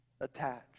attached